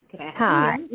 Hi